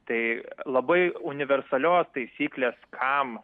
tai labai universalios taisyklės kam